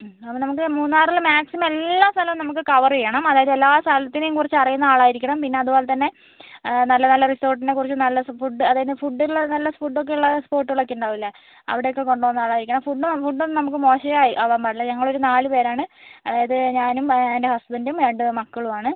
അപ്പം നമുക്ക് മൂന്നാറിൽ മാക്സിമം എല്ലാ സ്ഥലവും നമുക്ക് കവർ ചെയ്യണം അതായത് എല്ലാ സ്ഥലത്തിനേയും കുറിച്ച് അറിയുന്ന ആളായിരിക്കണം പിന്നെ അതുപോലത്തന്നെ നല്ല നല്ല റിസോർട്ടിനെ കുറിച്ച് നല്ല ഫുഡ് അതായത് ഫുഡ് ഉള്ള നല്ല ഫുഡ് ഒക്കെ ഉള്ള സ്പോട്ടുകൾ ഒക്കെ ഉണ്ടാവില്ലേ അവിടെ ഒക്കെ കൊണ്ടുപോവുന്ന ആളായിരിക്കണം ഫുഡ് ഫുഡ് ഒന്നും നമുക്ക് മോശമേ ആവാൻ പാടില്ല ഞങ്ങളൊരു നാല് പേരാണ് അതായത് ഞാനും എൻ്റെ ഹസ്ബൻഡും രണ്ട് മക്കളും ആണ്